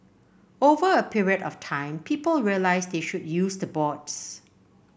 over a period of time people realise they should use the boards